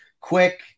quick